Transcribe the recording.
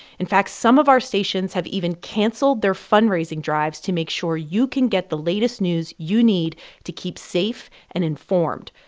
in fact, some of our stations have even canceled their fundraising drives to make sure you can get the latest news you need to keep safe and informed.